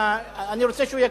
אני רוצה שהוא יקשיב.